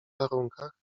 warunkach